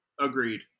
Agreed